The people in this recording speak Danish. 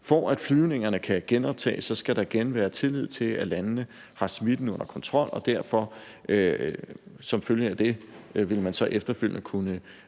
For af flyvningerne kan genoptages, skal der igen være tillid til, at landene har smitten under kontrol, og som følge af det vil man så efterfølgende kunne